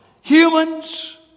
Humans